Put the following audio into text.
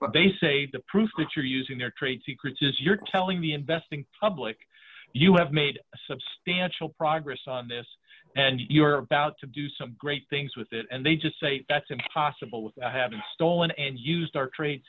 secret they say the proof that you're using their trade secrets is you're telling the investing public you have made substantial progress on this and you're about to do some great things with it and they just say that's impossible without having stolen and used our trade